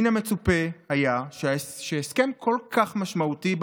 מצופה היה שהסכם כל כך משמעותי,